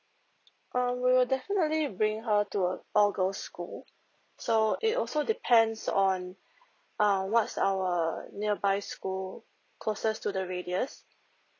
um we'll definitely bring her to a all girls' school so it also depends on uh what's our nearby school closest to the radius